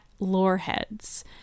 loreheads